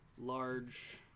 large